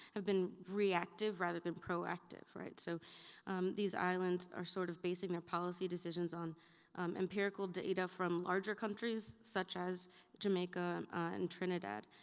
have been reactive rather than proactive, right, so these islands are sort of basing their policy decisions on empirical data from larger countries such as jamaica and trinidad.